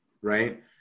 Right